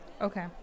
Okay